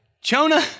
Jonah